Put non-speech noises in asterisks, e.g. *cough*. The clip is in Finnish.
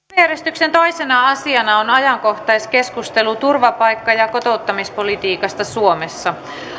*unintelligible* päiväjärjestyksen toisena asiana on ajankohtaiskeskustelu turvapaikka ja kotouttamispolitiikasta suomessa